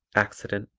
accident,